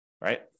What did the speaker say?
right